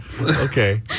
Okay